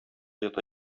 ята